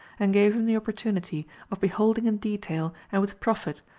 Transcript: and gave him the opportunity of beholding in detail, and with profit,